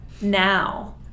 now